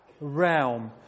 realm